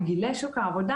בגילאי שוק העבודה,